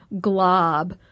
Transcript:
glob